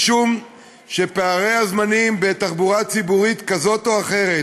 משום שפערי הזמנים בתחבורה ציבורית כזאת או אחרת